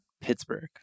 Pittsburgh